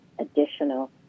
additional